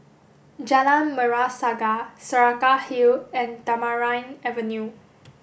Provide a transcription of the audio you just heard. Jalan Merah Saga Saraca Hill and Tamarind Avenue